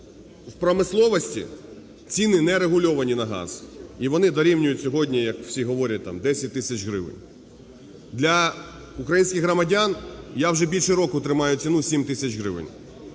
у промисловості ціни нерегульовані на газ і вони дорівнюють сьогодні, як всі говорять, там 10 тисяч гривень. Для українських громадян я вже більше року тримаю ціну 7 тисяч гривень.